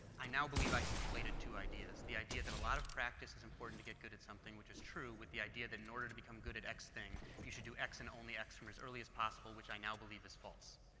i now believe i've conflated two ideas. the idea that a lot of practice is important to get good at something which is true, with the idea that in order to become good at x thing, you should do x and only x from as early as possible, which i now believe is false.